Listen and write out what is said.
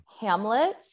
Hamlet